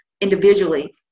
individually